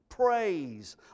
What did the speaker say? praise